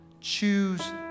Choose